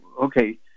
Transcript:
okay